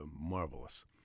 marvelous